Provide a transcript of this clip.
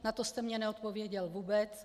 Na to jste mně neodpověděl vůbec.